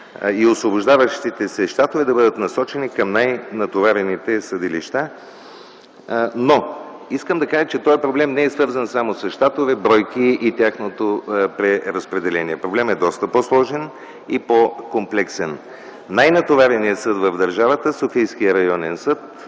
и освобождаващите се щатове да бъдат насочени към най-натоварените съдилища, но искам да кажа, че този проблем не е свързан само с щатове, бройки и тяхното преразпределение. Проблемът е доста по-сложен и по-комплексен. Най-натовареният съд в държавата – Софийският районен съд,